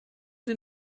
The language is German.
sie